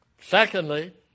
Secondly